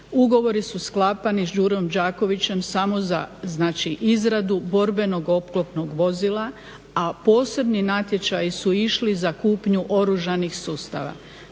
Ugovori su sklapani s "Đurom Đakovićem" samo za znači izradu borbenog oklopnog vozila, a posebni natječaji su išli za kupnju oružanih sustava.